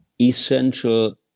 essential